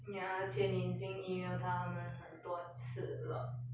ya 而且你已经 email 他他们很多次了